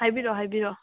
ꯍꯥꯏꯕꯤꯔꯛꯑꯣ ꯍꯥꯏꯕꯤꯔꯛꯑꯣ